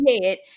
head